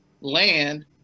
land